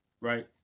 right